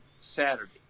Saturday